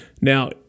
now